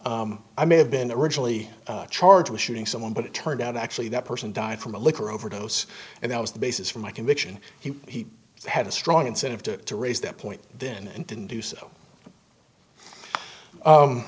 honor i may have been a originally charged with shooting someone but it turned out actually that person died from a liquor overdose and that was the basis for my conviction he had a strong incentive to raise that point then and didn't do so